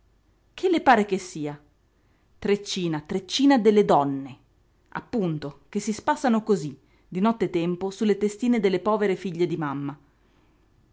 che le pare che sia treccina treccina delle donne appunto che si spassano cosí di notte tempo sulle testine delle povere figlie di mamma